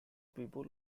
people